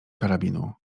karabinu